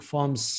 Forms